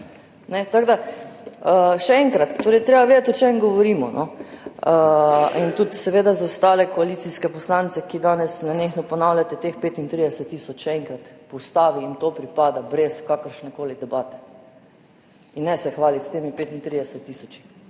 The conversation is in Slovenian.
drugače. Še enkrat, treba je vedeti, o čem govorimo, no. Tudi za ostale koalicijske poslance, ki danes nenehno ponavljate o teh 35 tisoč, še enkrat, po ustavi jim to pripada brez kakršnekoli debate. In ne se hvaliti s temi 35 tisoči,